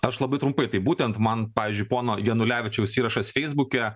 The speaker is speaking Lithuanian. aš labai trumpai tai būtent man pavyzdžiui pono janulevičiaus įrašas feisbuke